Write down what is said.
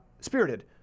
spirited